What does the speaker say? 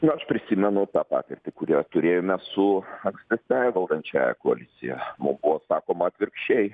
na aš prisimenu tą patirtį kurią turėjome su ankstesniąja valdančiąja koalicija mum buvo sakoma atvirkščiai